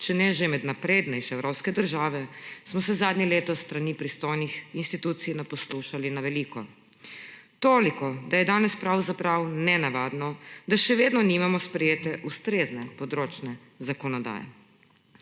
če ne že med naprednejše evropske države, smo se zadnje leto s strani pristojnih institucij naposlušali na veliko. Toliko, da je danes pravzaprav nenavadno, da še vedno nimamo sprejete ustrezne področne zakonodaje.